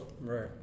Right